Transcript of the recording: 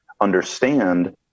understand